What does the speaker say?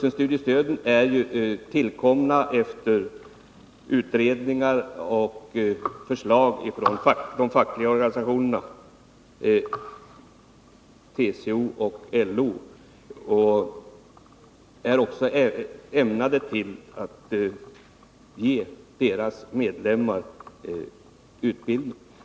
Vuxenstudiestödet kom ju till efter utredningar och förslag från de fackliga organisationerna TCO och LO och är avsett att ge medlemmarna utbildningsstöd.